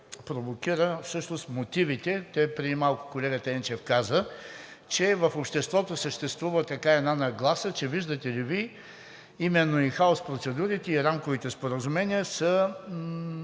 провокират мотивите – преди малко колегата Енчев каза, че в обществото съществува нагласа, че виждате ли, именно ин хаус процедурите и рамковите споразумения са